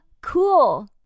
cool